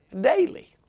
daily